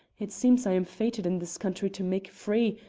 it seems i am fated in this country to make free,